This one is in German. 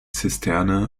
zisterne